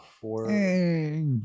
four